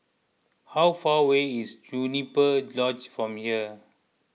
how far away is Juniper Lodge from here